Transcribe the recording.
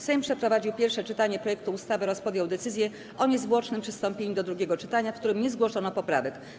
Sejm przeprowadził pierwsze czytanie projektu ustawy oraz podjął decyzję o niezwłocznym przystąpieniu do drugiego czytania, w którym nie zgłoszono poprawek.